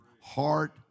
heart